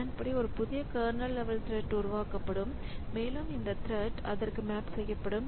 அதன்படி ஒரு புதிய கர்னல் த்ரெட்ம் உருவாக்கப்படும் மேலும் இந்த த்ரெட் அதற்கு மேப் செய்யப்படும்